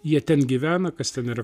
jie ten gyvena kas ten yra